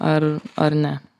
ar ar ne